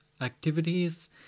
activities